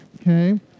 okay